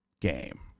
game